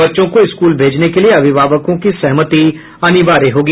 बच्चों को स्कूल भेजने के लिए अभिभावकों की सहमति अनिवार्य होगी